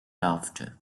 after